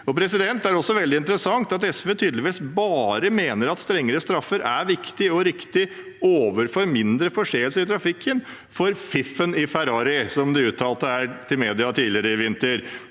om revidert. Det er også veldig interessant at SV tydeligvis bare mener strengere straffer er viktig og riktig overfor mindre forseelser i trafikken for fiffen i Ferrari, som de uttalte her til media tidligere i vinter.